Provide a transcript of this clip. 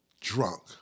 drunk